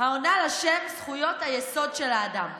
העונה לשם זכויות היסוד של האדם,